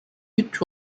which